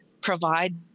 provide